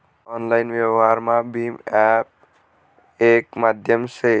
online व्यवहारमा भीम app येक माध्यम से